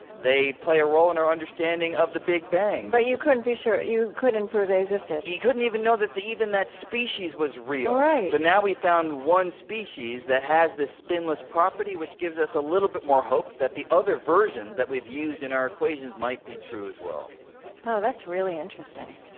they play a role in our understanding of the big bang but you couldn't be sure you couldn't prove they existed you couldn't even know that even that species was real right so, now we found one species that has this spinless property, which gives us a little bit more hope that the other versions that we've used in our equations might be true, as well oh, that's really interesting.